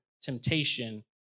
temptation